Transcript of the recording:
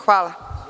Hvala.